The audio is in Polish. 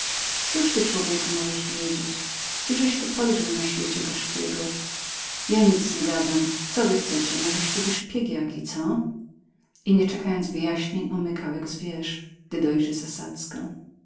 cóż ty człowieku możesz wiedzieć cożeś ty podżył na świecie gorzkiego ja nic nie gadam co wy chcecie możeście wy szpieg jaki co i nie czekając wyjaśnień umykał jak zwierz gdy dojrzy